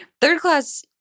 Third-class